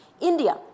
India